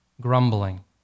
grumbling